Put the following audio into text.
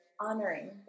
honoring